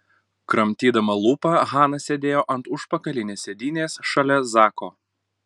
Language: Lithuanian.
kramtydama lūpą hana sėdėjo ant užpakalinės sėdynės šalia zako